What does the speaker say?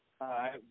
Hi